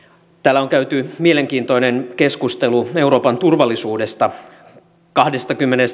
täällä on käyty mielenkiintoinen keskustelu euroopan turvallisuudesta